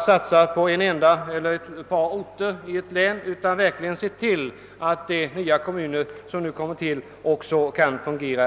satsa på bara ett par orter i ett län, utan man bör se till att de nya kommuner som skapas verkligen kan fungera.